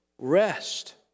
rest